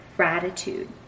gratitude